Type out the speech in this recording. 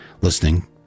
listening